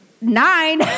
nine